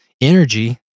energy